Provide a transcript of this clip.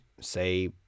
say